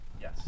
Yes